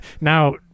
Now